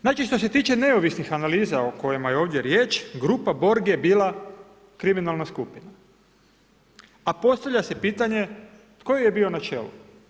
Znači što se tiče neovisnih analiza o kojima je ovdje riječ, grupa borg je bila kriminalan skupina, a postavlja se pitanje, tko joj je bio na čelu.